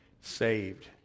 Saved